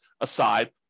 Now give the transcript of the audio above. aside